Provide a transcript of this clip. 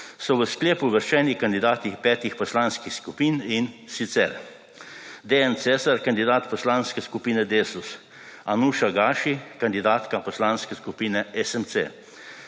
so v sklep uvrščeni kandidati petih poslanskih skupin, in sicer, Dejan Cesar, kandidat Poslanske skupine Desus, Anuša Gaši, kandidatka Poslanske skupine SMC,